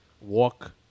walk